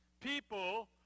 people